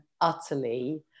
utterly